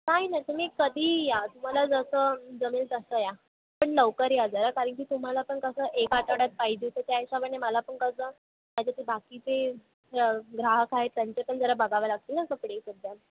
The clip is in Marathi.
नाही नाही तुम्ही कधीही या तुम्हाला जसं जमेल तसं या पण लवकर या जरा कारण की तुम्हाला पण कसं एक आठवड्यात पाहिजेच आहे त्या हिशोबाने मला पण कसं नाहीतर जे बाकीचे ग्राहक आहेत त्यांचे पण जरा बघावे लागतील ना कपडे